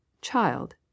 child